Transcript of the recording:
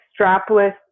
strapless